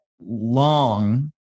long